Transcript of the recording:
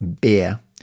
beer